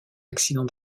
accident